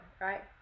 right